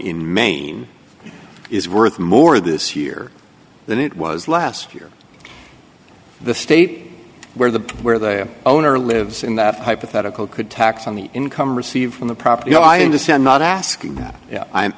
in maine is worth more this year than it was last year the state where the where their owner lives in that hypothetical could tax on the income received from the property no i understand not asking yeah i'm